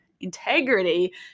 integrity